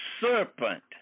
serpent